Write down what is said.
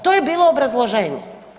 To je bilo obrazloženje.